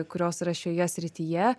kurios yra šioje srityje